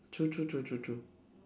true true true true true